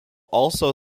also